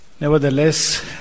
Nevertheless